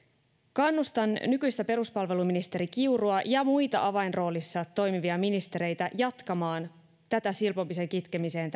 kannustan nykyistä peruspalveluministeri kiurua ja muita avainroolissa toimivia ministereitä jatkamaan tätä silpomisen kitkemiseen